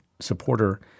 supporter